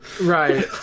Right